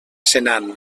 senan